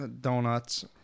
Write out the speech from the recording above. Donuts